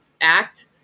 act